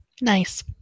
Nice